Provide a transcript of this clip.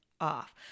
off